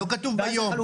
לא כתוב 'ביום'.